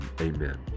amen